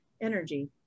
energy